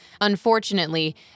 Unfortunately